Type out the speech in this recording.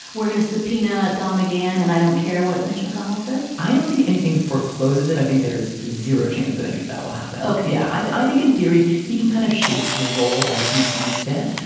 we're going to subpoena don mcgann. and i don't care what mitch mcconnell says i don't think anything forecloses it. i think there is zero chance that any of that will happen. ok. yeah i i think in theory, he can kind of shape the role as he sees fit.